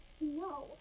No